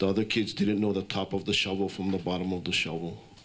the other kids didn't know the top of the shovel from the bottom of the sho